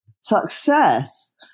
success